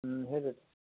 সেইটোৱে